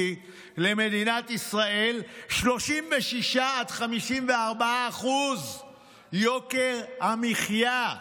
למדינת ישראל היה ב-36% עד 54%. יוקר המחיה.